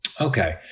Okay